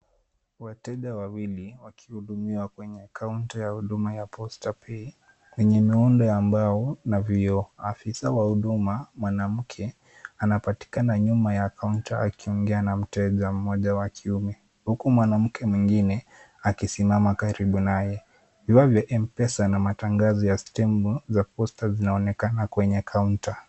Wateja wawili wakihudumiwa kwenye kaunta ya huduma ya Posta Pay yenye miundo ya mbao na vioo. Afisa wa huduma mwanamke, anapatikana nyuma ya kaunta akiongea na mteja mmoja wa kiume huku mwanamke mwingine akisimama karibu naye. Vifaa vya M-pesa na matangazo ya stempu za posta yanaonekana kwenye kaunta.